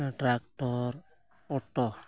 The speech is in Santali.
tractor auto